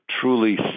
truly